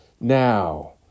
Now